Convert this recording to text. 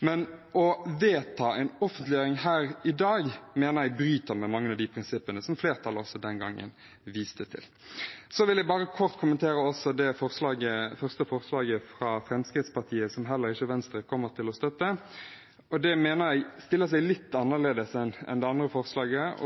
Men å vedta en offentliggjøring her i dag mener jeg bryter med mange av de prinsippene som flertallet også den gangen viste til. Så vil jeg bare kort kommentere forslaget fra Fremskrittspartiet, som heller ikke Venstre kommer til å støtte. Jeg mener det stiller seg litt annerledes enn det andre forslaget.